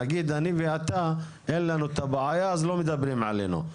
נגיד אני ואתה אין לנו בעיה אז לא מדברים עלינו,